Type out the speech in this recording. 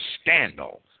scandal